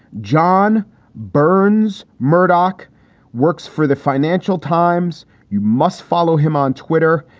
john burns, murdoch works. for the financial times, you must follow him on twitter.